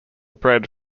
bred